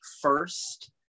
first